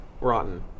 rotten